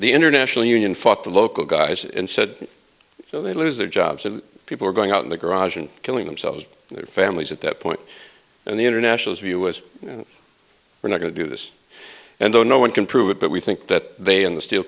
the international union fought the local guys and said so they lose their jobs and people are going out in the garage and killing themselves and their families at that point and the internationals of us and we're not going to do this and though no one can prove it but we think that they and the steel